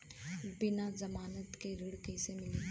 बिना जमानत के ऋण कईसे मिली?